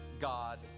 God